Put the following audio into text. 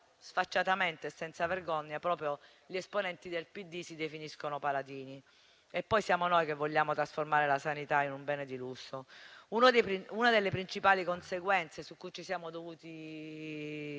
sfacciatamente e senza vergogna, proprio gli esponenti del PD si definiscono paladini. Poi siamo noi che vogliamo trasformare la sanità in un bene di lusso? Una delle principali conseguenze su cui siamo dovuti